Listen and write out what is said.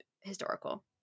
historical